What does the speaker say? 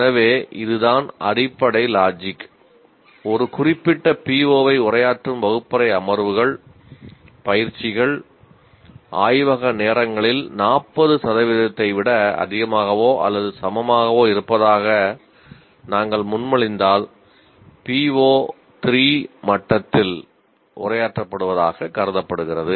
எனவே இதுதான் அடிப்படை லாஜிக் உரையாற்றப்படுவதாக கருதப்படுகிறது